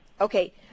Okay